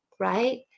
Right